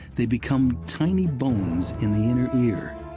they become tiny bones in the inner ear,